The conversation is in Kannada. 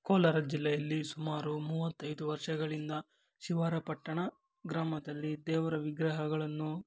ಕೋಲಾರ ಜಿಲ್ಲೆಯಲ್ಲಿ ಸುಮಾರು ಮೂವತ್ತೈದು ವರ್ಷಗಳಿಂದ ಶಿವಾರ ಪಟ್ಟಣ ಗ್ರಾಮದಲ್ಲಿ ದೇವರ ವಿಗ್ರಹಗಳನ್ನು